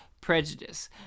prejudice